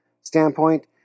standpoint